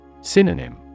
Synonym